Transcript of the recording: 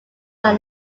are